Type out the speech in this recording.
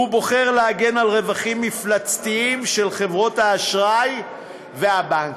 הוא בוחר להגן על רווחים מפלצתיים של חברות האשראי והבנקים.